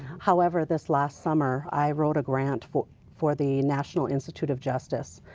however this last summer i wrote a grant for for the national institute of justice,